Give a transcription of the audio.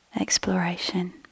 exploration